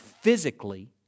physically